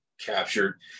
captured